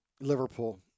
Liverpool